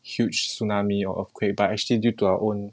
uh tsunami or earthquake but actually due to our own